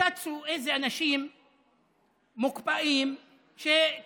וצצו איזה ואנשים מוקפאים שכועסים: